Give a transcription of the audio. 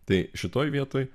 tai šitoj vietoj